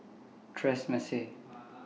Tresemme